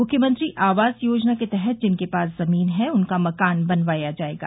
मुख्यमंत्री आवास योजना के तहत जिनके पास जमीन है उनका मकान बनवाया जाएगा